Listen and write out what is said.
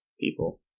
people